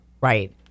right